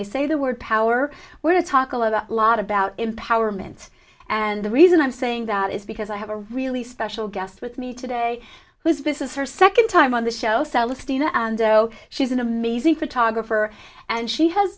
i say the word power when i talk a lot a lot about empowerment and the reason i'm saying that is because i have a really special guest with me today who is this is her second time on the show so let's dina and she's an amazing photographer and she has